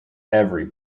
every